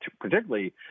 particularly